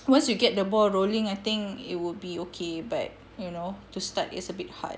once you get the ball rolling I think it would be okay but you know to start is a bit hard